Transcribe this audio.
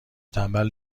تنبل